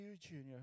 Junior